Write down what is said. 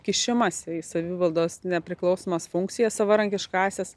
kišimąsi į savivaldos nepriklausomas funkcijas savarankiškąsias